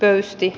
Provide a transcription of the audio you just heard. öisti